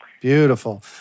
beautiful